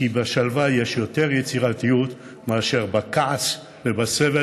כי בשלווה יש יותר יצירתיות מאשר בכעס ובסבל